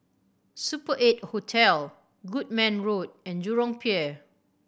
Super Eight Hotel Goodman Road and Jurong Pier